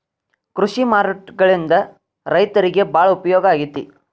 ಕೃಷಿ ಮಾರುಕಟ್ಟೆಗಳಿಂದ ರೈತರಿಗೆ ಬಾಳ ಉಪಯೋಗ ಆಗೆತಿ